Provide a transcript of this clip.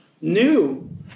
new